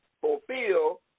fulfill